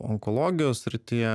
onkologijos srityje